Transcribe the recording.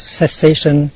cessation